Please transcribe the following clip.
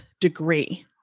degree